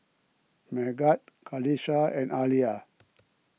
Megat Qalisha and Alya